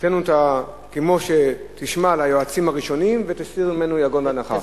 כמו שתשמע ליועצים הראשונים ותסיר ממנו יגון ואנחה.